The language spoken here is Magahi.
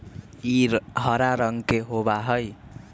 ई हरा रंग के होबा हई